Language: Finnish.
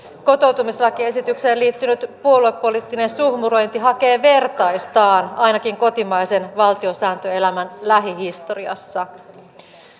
kotoutumislakiesitykseen liittynyt puoluepoliittinen suhmurointi hakee vertaistaan ainakin kotimaisen valtiosääntöelämän lähihistoriassa